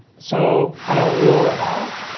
so, i don't rule it out,